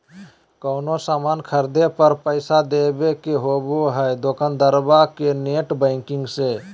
कोनो सामान खर्दे पर पैसा देबे के होबो हइ दोकंदारबा के नेट बैंकिंग से